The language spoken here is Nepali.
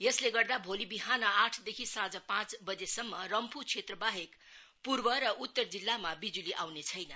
यसले गर्दा भोलि विहान आठदेखि साँझ पाँच वजेसम्म रम्फु क्षेत्रवाहेक पूर्व र उत्तर जिल्लामा बिजुली आउने छैन